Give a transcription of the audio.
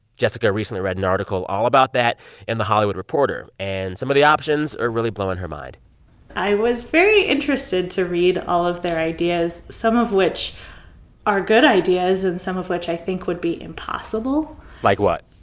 jessica recently read an article all about that in the hollywood reporter, and some of the options are really blowing her mind i was very interested to read all of their ideas, some of which are good ideas and some of which i think would be impossible like what?